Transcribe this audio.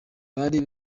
bari